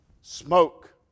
smoke